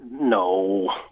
no